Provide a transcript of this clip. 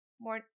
more